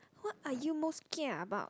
what are you most scared about